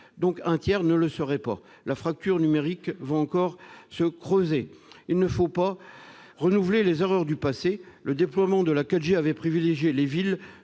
qu'un tiers ne le serait pas ! La fracture numérique va encore se creuser. Il ne faut pas renouveler les erreurs du passé. Le déploiement de la 4G avait privilégié les villes.